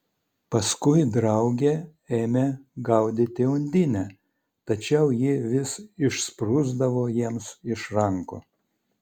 paskui drauge ėmė gaudyti undinę tačiau ji vis išsprūsdavo jiems iš rankų